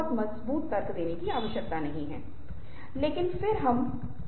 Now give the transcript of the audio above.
मेरा मानना है कि शुरू में वे काफी घने और जटिल दिखेंगे लेकिन किसी समय शायद आप इसका अर्थ समझ पाएंगे